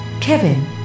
Kevin